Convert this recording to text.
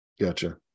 gotcha